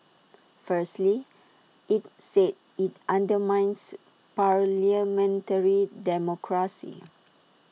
firstly IT said IT undermines parliamentary democracy